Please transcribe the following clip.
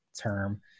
term